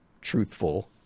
truthful